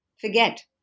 forget